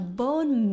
bone